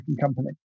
company